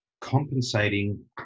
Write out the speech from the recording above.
compensating